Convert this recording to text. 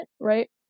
right